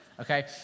Okay